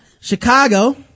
Chicago